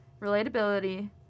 relatability